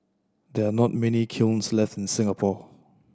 there are not many kilns left in Singapore